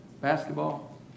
Basketball